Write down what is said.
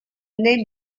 name